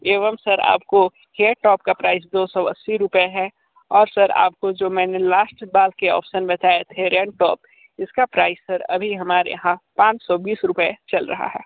एवं सर आपको hair top का प्राइस दो सौ अस्सी रुपए है और सर आपको जो मैंने लास्ट बार के ऑप्शन बताए थे रेड टॉप इसका प्राइस अभी हमारे यहां पाँच सौ बीस रुपये चल रहा है